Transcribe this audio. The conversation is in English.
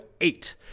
eight